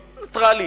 נייטרלי,